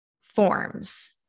forms